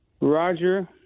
Roger